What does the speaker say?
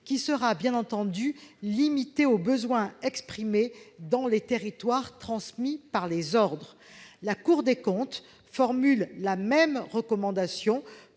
qui sera, bien entendu, limitée aux besoins exprimés dans les territoires et transmis par les ordres. La Cour des comptes formule la même recommandation